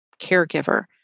caregiver